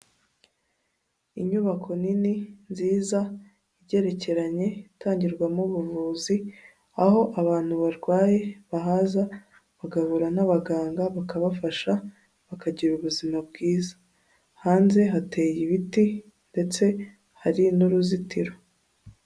Inyubako nini nziza igerekeranye itangirwamo buvuzi, aho abantu barwaye bahaza bagahura n'abaganga bakabafasha bakagira ubuzima bwiza, hanze hateye ibiti ndetse hari n'uruzitiro.